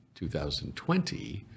2020